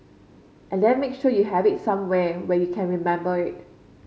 and then make sure you have it somewhere where you can remember it